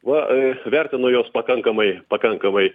va vertinu jos pakankamai pakankamai